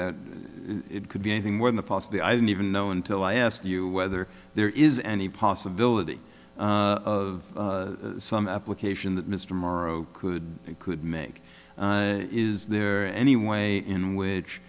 that it could be anything more than the possibly i don't even know until i ask you whether there is any possibility of some application that mr morrow could could make is there any way in which